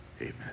amen